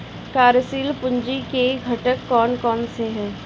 कार्यशील पूंजी के घटक कौन कौन से हैं?